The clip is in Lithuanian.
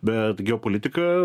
bet geopolitika